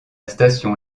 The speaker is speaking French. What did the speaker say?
station